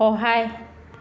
সহায়